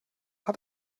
hat